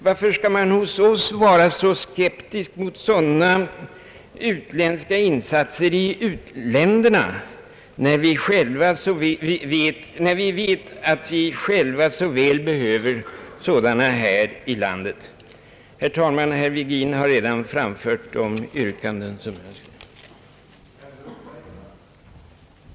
Varför skall vi vara så skeptiska mot sådana utländska insatser i u-länderna, när vi vet att vi själva så väl behöver sådana här i landet? Herr talman! Herr Virgin har redan framfört de yrkanden som också jag vill ställa.